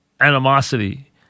animosity